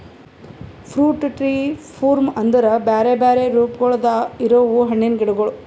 fruit tree form ಅಂದುರ್ ಬ್ಯಾರೆ ಬ್ಯಾರೆ ರೂಪಗೊಳ್ದಾಗ್ ಇರವು ಹಣ್ಣಿನ ಗಿಡಗೊಳ್